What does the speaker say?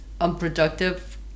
unproductive